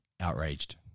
outraged